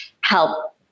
help